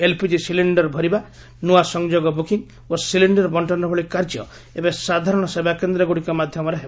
LPG cylinder ଭରିବା ନୂଆ ସଂଯୋଗ ବୁକିଂ ଓ ସିଲିଣ୍ଡର ବଣ୍ଟନ ଭଳି କାର୍ଯ୍ୟ ଏବେ ସାଧାରଣ ସେବାକେନ୍ଦ୍ରଗୁଡ଼ିକ ମଧ୍ୟମରେ ହେବ